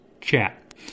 chat